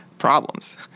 problems